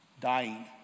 Dying